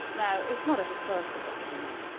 now it's not a historical document,